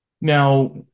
Now